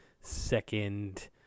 second